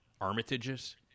Armitages